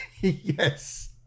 Yes